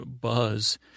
buzz